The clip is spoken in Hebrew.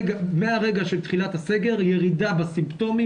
מהרגע של תחילת הסגר ירידה בסימפטומים